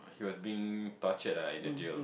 he was being torture ah in the jail